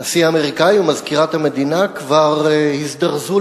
הנשיא האמריקני ומזכירת המדינה כבר הזדרזו